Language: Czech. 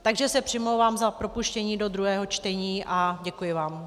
Takže se přimlouvám za propuštění do druhého čtení a děkuji vám.